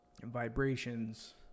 vibrations